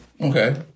Okay